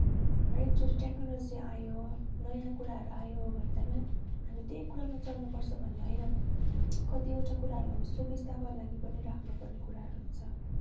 हरेक चोटि टेक्नोलोजी आयो नयाँ कुराहरू आयो भन्दैमा हामी त्यही कुरामा चल्नुपर्छ भन्ने होइन कतिवटा कुराहरू हाम्रो सुविस्ताको लागि पनि राख्नुपर्ने कुराहरू हुन्छ